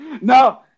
No